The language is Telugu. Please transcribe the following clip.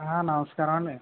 నమస్కారం అండి